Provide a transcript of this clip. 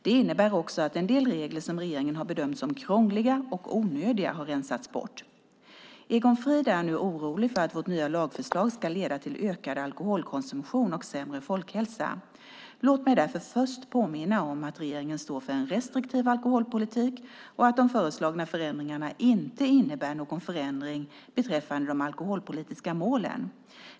Det innebär också att en del regler som regeringen har bedömt som krångliga och onödiga har rensats bort. Egon Frid är nu orolig för att vårt nya lagförslag ska leda till ökad alkoholkonsumtion och sämre folkhälsa. Låt mig därför först påminna om att regeringen står för en restriktiv alkoholpolitik och att de föreslagna förändringarna inte innebär någon förändring beträffande de alkoholpolitiska målen.